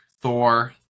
Thor